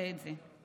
ואנחנו נעשה את זה.